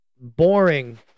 boring